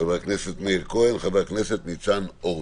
חבר הכנסת מאיר כהן, חבר הכנסת ניצן הורוביץ.